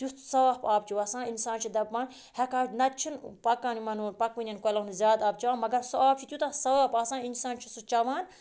تیُتھ صاف آب چھِ وَسان اِنسان چھِ دَپان ہٮ۪کان نَتہٕ چھُنہٕ پَکان یِمَن پَکوٕنٮ۪ن کۄلَن ہُنٛد زیادٕ آب چٮ۪وان مگر سُہ آب چھِ تیوٗتاہ صاف آسان اِنسان چھِ سُہ چٮ۪وان